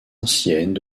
anciennes